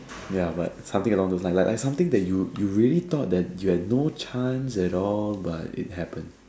ya but something along those line like like something that you you really thought that you had no chance at all but it happens